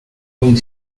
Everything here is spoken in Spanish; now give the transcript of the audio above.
buen